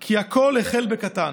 כי הכול החל בקטן: